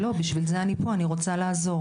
לא, בשביל זה אני פה, אני רוצה לעזור.